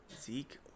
Zeke